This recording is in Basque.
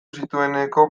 zitueneko